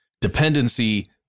dependency